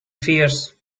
fierce